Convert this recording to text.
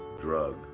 drug